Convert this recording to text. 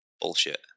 Bullshit